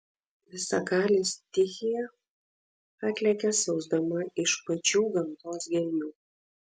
visagalė stichija atlekia siausdama iš pačių gamtos gelmių